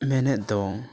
ᱢᱮᱱᱮᱫ ᱫᱚ